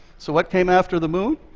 so what came after the moon?